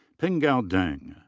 penghao deng.